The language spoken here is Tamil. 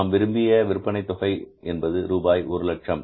நாம் விரும்பிய விற்பனைத் தொகை என்பது ரூபாய் ஒரு லட்சம்